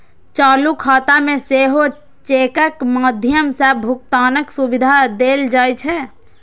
चालू खाता मे सेहो चेकक माध्यम सं भुगतानक सुविधा देल जाइ छै